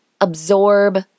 absorb